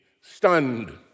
stunned